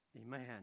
Amen